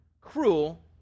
cruel